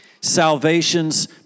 salvations